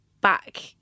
back